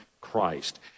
Christ